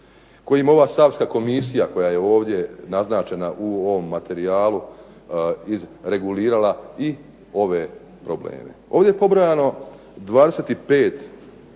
kojim ova savska komisija koja je ovdje naznačena u ovom materijalu regulirala i ove probleme. Ovdje je pobrojano 25